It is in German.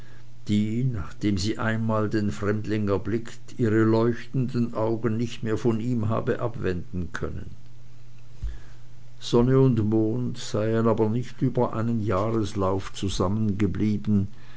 die nachdem sie einmal den fremdling erblickt ihre leuchtenden augen nicht mehr von ihm habe abwenden können sonne und mond seien aber nicht über einen jahreslauf